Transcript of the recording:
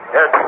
Yes